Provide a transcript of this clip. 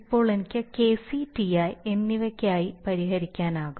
ഇപ്പോൾ എനിക്ക് Kc Ti എന്നിവയ്ക്കായി പരിഹരിക്കാനാകും